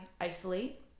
isolate